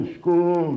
school